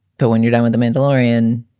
though, when you're done with the mental orian,